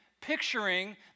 picturing